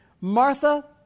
Martha